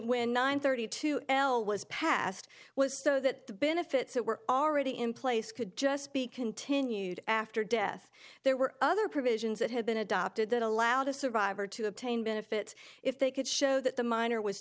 when nine thirty two well was passed was so that the benefits that were already in place could just be continued after death there were other provisions that had been adopted that allow the survivor to obtain benefits if they could show that the minor was